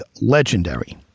legendary